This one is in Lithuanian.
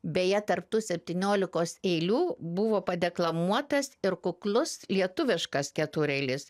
beje tarp tų septyniolikos eilių buvo padeklamuotas ir kuklus lietuviškas ketureilis